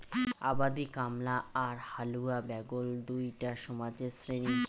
আবাদি কামলা আর হালুয়া ব্যাগল দুইটা সমাজের শ্রেণী